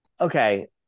okay